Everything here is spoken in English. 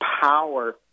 power